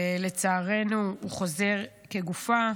לצערנו הוא חוזר כגופה.